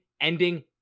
ending